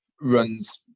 runs